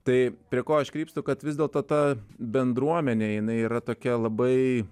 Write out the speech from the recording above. tai prie ko aš krypstu kad vis dėlto ta bendruomenė jinai yra tokia labai